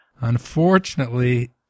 Unfortunately